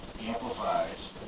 amplifies